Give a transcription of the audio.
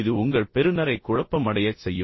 இது உங்கள் பெறுநரை குழப்பமடையச் செய்யும்